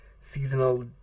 seasonal